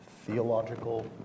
theological